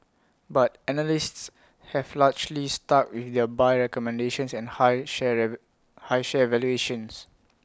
but analysts have largely stuck with their buy recommendations and high share high share valuations